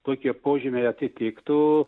tokie požymiai atitiktų